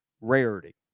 rarity